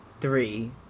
three